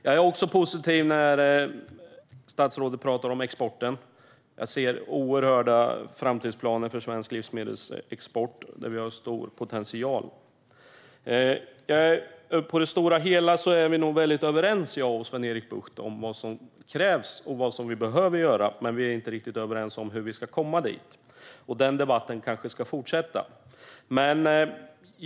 Jag är också positiv när statsrådet pratar om exporten. Jag ser oerhörda framtidsplaner för svensk livsmedelsexport, där vi har stor potential. På det stora hela är vi nog väldigt överens, jag och Sven-Erik Bucht, om vad som krävs och vad vi behöver göra, men vi är inte riktigt överens om hur vi ska komma dit. Den debatten kanske ska fortsätta.